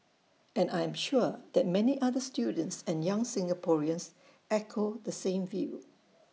and I am sure that many other students and young Singaporeans echo the same view